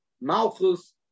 malchus